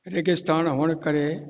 रेगिस्तान हुअणु करे